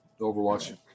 Overwatch